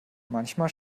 manchmal